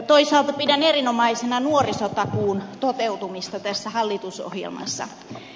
toisaalta pidän erinomaisena nuorisotakuun toteutumista tässä hallitusohjelmassa